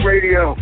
Radio